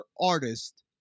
artist